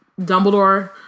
Dumbledore